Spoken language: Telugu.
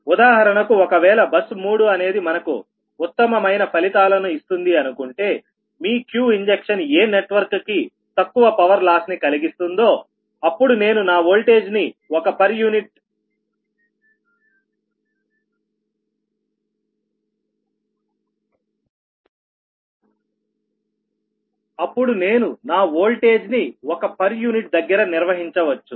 ఉదాహరణకు ఒక వేళ బస్ 3 అనేది మనకు ఉత్తమమైన ఫలితాలను ఇస్తుంది అనుకుంటేమీ Qఇంజక్షన్ ఏ నెట్వర్క్ కి తక్కువ పవర్ లాస్ ని కలిగిస్తుందో అప్పుడు నేను నా ఓల్టేజ్ ని ఒక పర్ యూనిట్ దగ్గర నిర్వహించవచ్చు